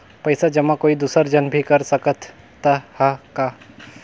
पइसा जमा कोई दुसर झन भी कर सकत त ह का?